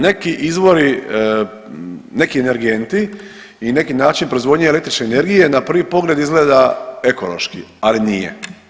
Neki izvori, neki energenti i neki način proizvodnje električne energije na prvi pogled izgleda ekološki ali nije.